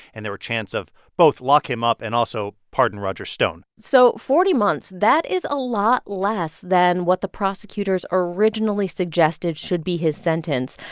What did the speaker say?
and there were chants of both, lock him up and, also, pardon roger stone so forty months, that is a lot less than what the prosecutors originally suggested should be his sentence,